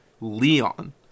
Leon